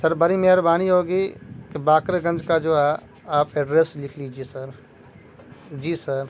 سر بڑی مہربانی ہوگی کہ باقر گنج کا جو ہے آپ ایڈریس لکھ لیجیے سر جی سر